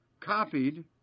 copied